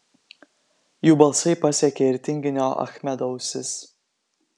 jų balsai pasiekė ir tinginio achmedo ausis